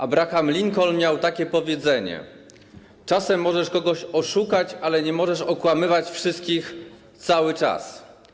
Abraham Lincoln miał takie powiedzenie: Czasem możesz kogoś oszukać, ale nie możesz okłamywać wszystkich cały czas.